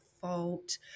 fault